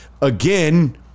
Again